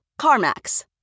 CarMax